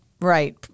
right